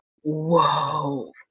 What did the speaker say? Whoa